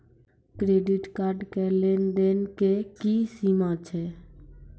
Credit card के लेन देन के की सीमा छै?